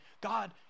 God